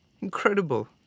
Incredible